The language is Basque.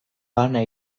bana